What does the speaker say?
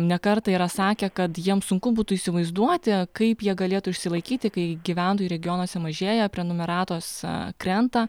ne kartą yra sakę kad jiems sunku būtų įsivaizduoti kaip jie galėtų išsilaikyti kai gyventojų regionuose mažėja prenumeratos krenta